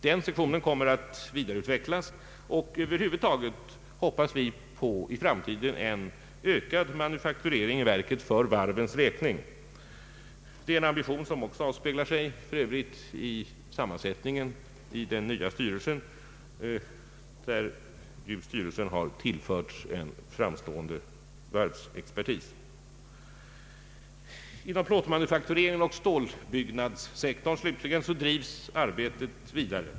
Den sektionen kommer att vidareutvecklas, och över huvud taget hoppas vi för framtiden på en ökad manufakturering i verket för varvens räkning. Det är en ambition som för övrigt avspeglar sig i sammansättningen av den nya styrelsen — den har ju tillförts framstående varvsexpertis. Inom <plåtmanufaktureringen och stålbyggnadssektorn drivs arbetet vidare.